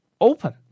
open